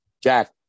Jack